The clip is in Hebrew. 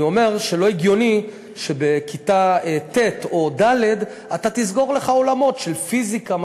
אני אומר שלא הגיוני שבכיתה ט' או ד' אתה תסגור לך עולמות של פיזיקה,